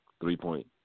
three-point